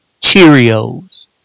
Cheerios